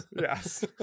yes